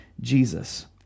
Jesus